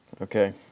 Okay